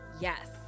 Yes